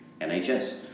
NHS